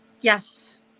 yes